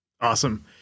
Awesome